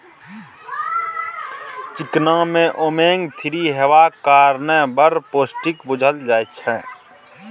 चिकना मे omega three हेबाक कारणेँ बड़ पौष्टिक बुझल जाइ छै